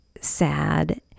sad